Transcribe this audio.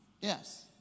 Yes